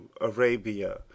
Arabia